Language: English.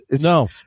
No